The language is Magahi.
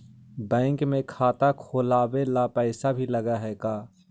बैंक में खाता खोलाबे ल पैसा भी लग है का?